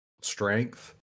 strength